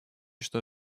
что